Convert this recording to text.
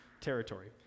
territory